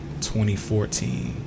2014